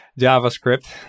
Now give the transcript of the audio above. JavaScript